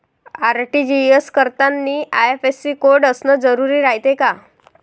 RTGS करतांनी IFSC code असन जरुरी रायते का?